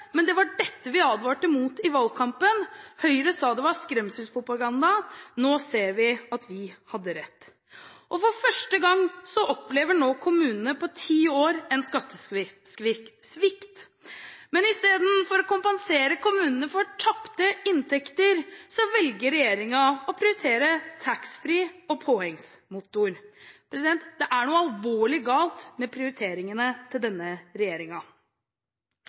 men det var dette vi advarte mot i valgkampen. Høyre sa at det var skremselspropaganda. Nå ser vi at vi hadde rett. For første gang på ti år opplever kommunene nå en skattesvikt. Men istedenfor å kompensere kommunene for tapte inntekter velger regjeringen å prioritere taxfree og påhengsmotorer. Det er noe alvorlig galt med prioriteringene til denne